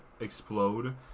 explode